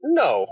no